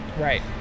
Right